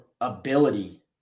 ability